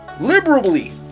liberally